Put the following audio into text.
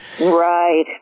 right